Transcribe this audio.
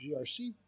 GRC